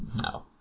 No